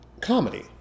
comedy